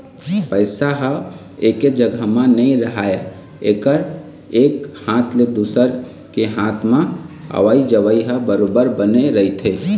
पइसा ह एके जघा म नइ राहय एकर एक हाथ ले दुसर के हात म अवई जवई ह बरोबर बने रहिथे